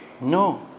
No